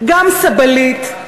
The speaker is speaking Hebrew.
גם סבלית,